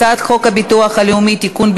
הצעת חוק הביטוח הלאומי (תיקון,